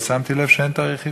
ושמתי לב שאין תאריך עברי.